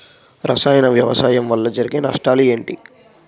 రసాయన వ్యవసాయం వల్ల జరిగే నష్టాలు ఏంటి?